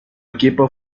equipo